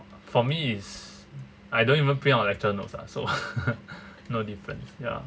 for me is I don't even print our lecture notes ah so no difference ya